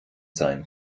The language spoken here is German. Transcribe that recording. sein